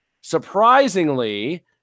surprisingly